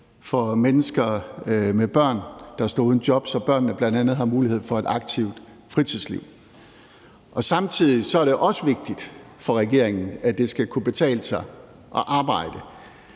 for mennesker med børn, der står uden job, så børnene bl.a. har mulighed for et aktivt fritidsliv. Samtidig er det også vigtigt for regeringen, at det skal kunne betale sig at arbejde.